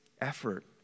effort